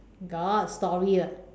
got story [what]